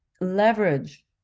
leverage